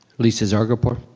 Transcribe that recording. lisa zargarpur.